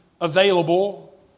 available